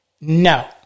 no